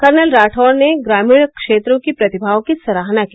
colonel Rathore ने ग्रामीण क्षेत्रों की प्रतिभाओं की सराहना की